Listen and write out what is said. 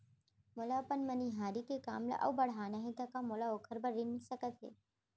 मोला अपन मनिहारी के काम ला अऊ बढ़ाना हे त का मोला ओखर बर ऋण मिलिस सकत हे?